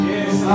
Yes